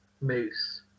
Moose